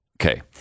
Okay